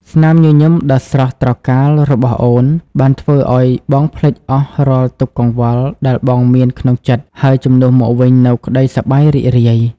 ស្នាមញញឹមដ៏ស្រស់ត្រកាលរបស់អូន បានធ្វើឱ្យបងភ្លេចអស់រាល់ទុក្ខកង្វល់ដែលបងមានក្នុងចិត្ត ហើយជំនួសមកវិញនូវក្តីសប្បាយរីករាយ។